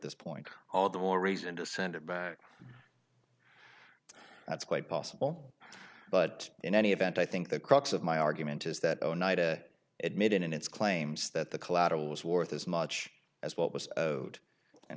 this point all the more reason to send it back that's quite possible but in any event i think the crux of my argument is that oneida admitted in its claims that the collateral was worth as much as what